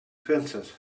fences